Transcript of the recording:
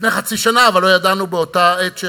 לפני חצי שנה, אבל לא ידעו באותה העת,